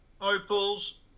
Opals